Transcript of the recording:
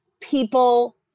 people